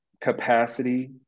capacity